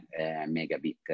megabit